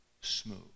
smooth